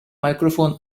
microphone